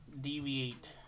deviate